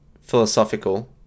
philosophical